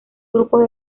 grupos